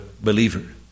believer